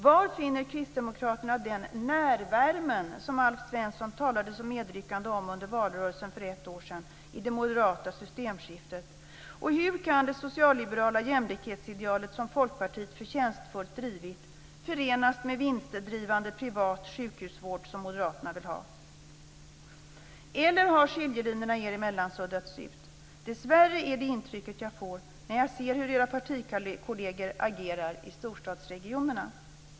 Var finner kristdemokraterna den närvärme som Alf Svensson talade så medryckande om under valrörelsen för ett år sedan i det moderata systemskiftet? Och hur kan det socialliberala jämlikhetsideal som Folkpartiet förtjänstfullt drivit förenas med vinstdrivande privat sjukhusvård som moderaterna vill ha? Eller har skiljelinjerna er emellan suddats ut? Dessvärre är det intrycket jag får när jag ser hur era partikolleger agerar i storstadsregionerna.